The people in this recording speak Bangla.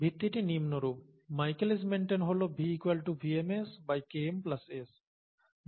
ভিত্তিটি নিম্নরূপ মাইকেলিস মেন্টন হল V VmSKm S